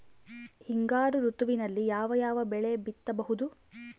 ಹಿಂಗಾರು ಋತುವಿನಲ್ಲಿ ಯಾವ ಯಾವ ಬೆಳೆ ಬಿತ್ತಬಹುದು?